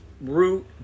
root